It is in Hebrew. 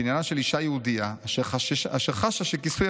בעניינה של אישה יהודייה אשר חשה שכיסוי